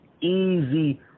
easy